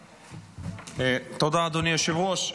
תודה, אדוני היושב-ראש.